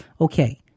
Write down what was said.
okay